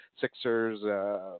Sixers